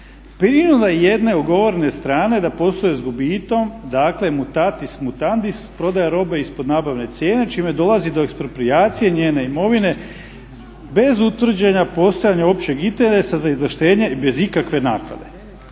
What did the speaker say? rješenja. … jedne ugovorene strane da posluje s gubitkom, dakle mutatis mutandis, prodaja robe ispod nabavne cijene čime dolazi do eksproprijacije njene imovine bez utvrđenog postojanja općeg interesa za izvlaštenje bez ikakve naknade.